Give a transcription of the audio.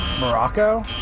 Morocco